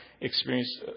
experienced